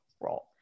role